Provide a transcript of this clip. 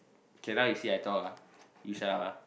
now you see I talk ah you shut up ah